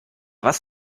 was